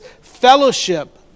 fellowship